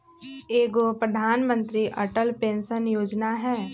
एगो प्रधानमंत्री अटल पेंसन योजना है?